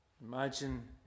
Imagine